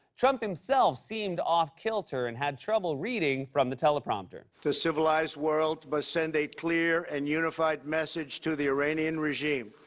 trump himself seemed off-kilter and had trouble reading from the teleprompter. the civilized world must but send a clear and unified message to the iranian regime.